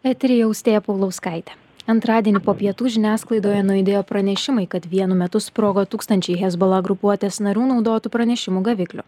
eteryje austėja paulauskaitė antradienį po pietų žiniasklaidoje nuaidėjo pranešimai kad vienu metu sprogo tūkstančiai hezbola grupuotės narių naudotų pranešimų gaviklių